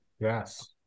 Yes